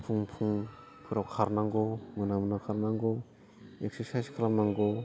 फुं फुंफोराव खारनांगौ मोना मोना खारनांगौ एक्सारसायस खालामनांगौ